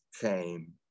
came